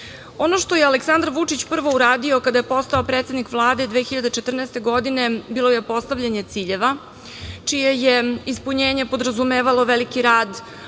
što je Aleksandar Vučić prvo uradio kada je postao predsednik Vlade 2014. godine, bilo je postavljanje ciljeva, čije je ispunjenje podrazumevalo veliki rad,